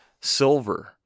silver